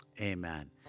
Amen